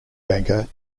banker